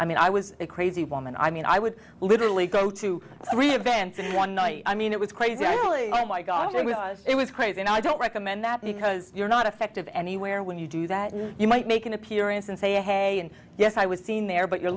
i mean i was a crazy woman i mean i would literally go to reinvent in one night i mean it was crazy actually it was crazy and i don't recommend that because you're not effective anywhere when you do that you might make an appearance and say hey and yes i was seen there but you're